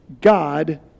God